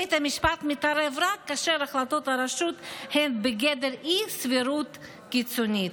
בית המשפט מתערב רק כאשר החלטות הרשות הן בגדר אי-סבירות קיצונית.